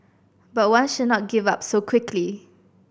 but one should not give up so quickly